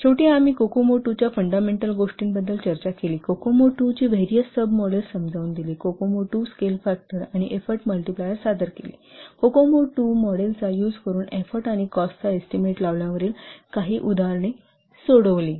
शेवटी आम्ही COCOMO II च्या फंडामेंटल गोष्टींबद्दल चर्चा केली कोकोमो II ची व्हेरीयस सब मॉडेल्स समजावून दिली कोकोमो II स्केल फॅक्टर आणि एफोर्ट मल्टिप्लायर सादर केले कोकोमो II मॉडेलचा यूज करून एफोर्ट आणि कॉस्टचा एस्टीमेट लावण्यावरील काही उदाहरणे सोडविली